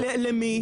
למי?